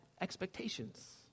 expectations